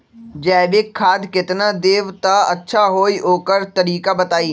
जैविक खाद केतना देब त अच्छा होइ ओकर तरीका बताई?